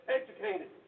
educated